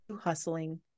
hustling